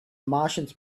martians